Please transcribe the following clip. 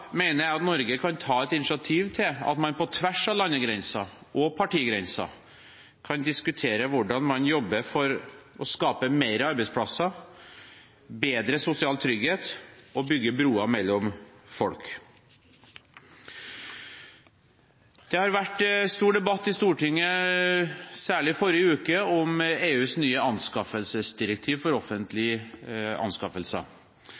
ta et initiativ til at man, på tvers av landegrenser og partigrenser, kan diskutere hvordan man jobber for å skape flere arbeidsplasser, bedre sosial trygghet og bygge broer mellom folk. Det har vært stor debatt i Stortinget – særlig i forrige uke – om EUs nye anskaffelsesdirektiv for offentlige anskaffelser.